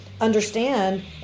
understand